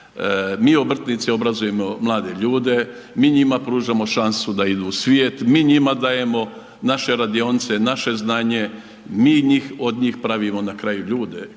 Mi obrtnici obrazujemo mlade ljude, mi njima pružamo šansu da idu u svijet, mi njima dajemo naše radionice, naše znanje, mi od njih na kraju